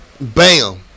Bam